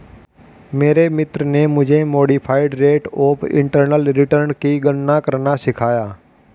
मेरे मित्र ने मुझे modified rate of internal return की गणना करना सिखाया